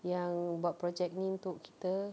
yang buat project ini untuk kita